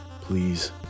Please